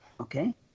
Okay